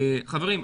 חברים,